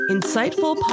Insightful